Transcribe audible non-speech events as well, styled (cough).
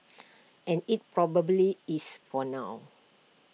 (noise) and IT probably is for now